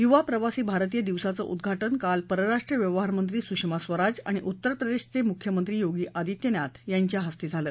युवा प्रवासी भारतीय दिवसाचं उद्वाटन काल परराष्ट्र व्यवहार मंत्री सुषमा स्वराज आणि उत्तर प्रदेशचे मुख्यमंत्री योगी आदित्यनाथ यांच्या हस्ते काल झालं